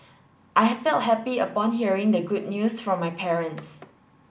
I felt happy upon hearing the good news from my parents